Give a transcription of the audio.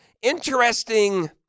Interesting